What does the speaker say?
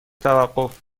توقف